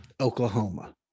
Oklahoma